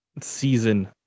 season